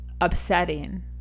upsetting